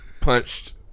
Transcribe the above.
punched